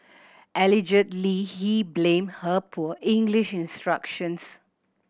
allegedly he blamed her poor English instructions